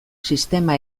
sistema